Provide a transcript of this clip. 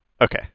Okay